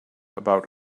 about